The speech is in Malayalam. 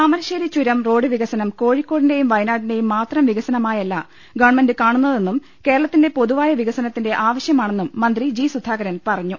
താമരശ്ശേരി ചുരം റോഡ് വികസനം കോഴിക്കോടിന്റേയും വയനാടിന്റേയും മാത്രം വികസനമായല്ല ഗവൺമെന്റ് കാണുന്നതെന്നും കേരളത്തിന്റെ പൊതുവായ വികസന ത്തിന്റെ ആവശ്യമാണെന്നും മന്ത്രി ജി സുധാകരൻ പറഞ്ഞു